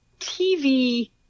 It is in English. TV